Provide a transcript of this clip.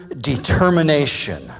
determination